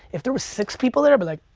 if there was six people there i'd be like,